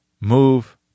move